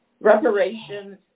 Reparations